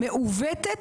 המעוותת,